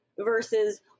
versus